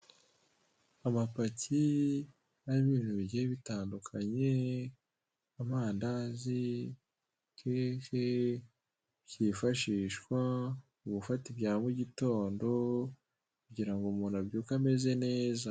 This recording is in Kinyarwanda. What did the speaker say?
Amapaki arimo ibintu bigiye bitandukanye; amandazi keke, byifashishwa mu gufata ibya mu gitondo. Kugirango umuntu abyuke ameze neza.